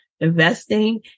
investing